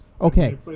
Okay